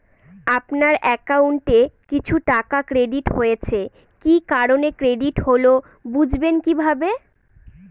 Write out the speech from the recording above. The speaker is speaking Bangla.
আপনার অ্যাকাউন্ট এ কিছু টাকা ক্রেডিট হয়েছে কি কারণে ক্রেডিট হল বুঝবেন কিভাবে?